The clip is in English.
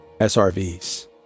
SRVs